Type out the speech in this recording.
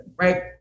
right